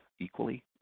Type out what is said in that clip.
equally